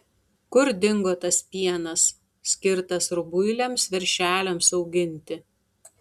kur dingo tas pienas skirtas rubuiliams veršeliams auginti